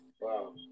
Wow